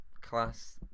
class